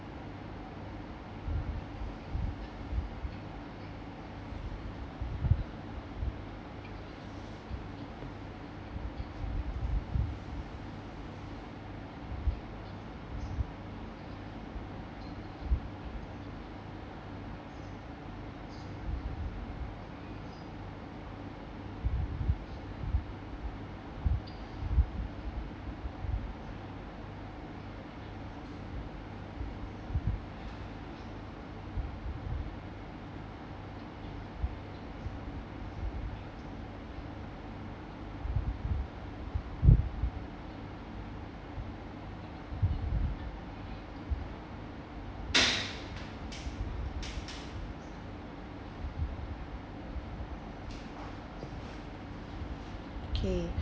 okay